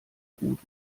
gut